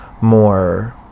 more